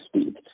speed